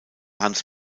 hans